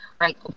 right